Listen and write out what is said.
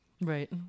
right